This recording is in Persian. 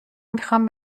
میخوام